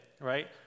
right